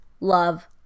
love